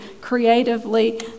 creatively